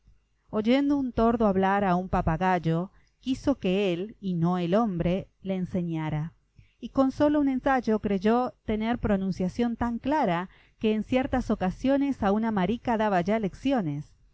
oyendo un tordo hablar a un papagayo quiso que él y no el hombre le enseñara y con solo un ensayo creyó tener pronunciación tan clara que en ciertas ocasiones a una marica daba ya lecciones